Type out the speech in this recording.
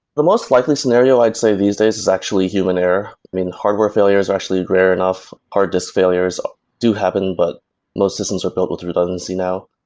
the most likely scenario i'd say these days is actually human error. hardware failures are actually rare enough. hard disc failures do happen but most systems are built with redundancy now.